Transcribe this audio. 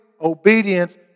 obedience